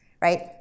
right